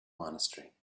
monastery